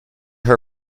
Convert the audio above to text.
her